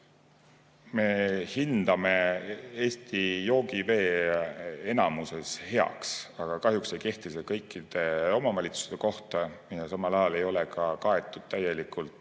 Me hindame Eesti joogivee enamuses heaks, aga kahjuks ei kehti see kõikide omavalitsuste kohta ja samal ajal ei ole täielikult